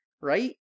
right